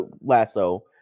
lasso